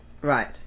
Right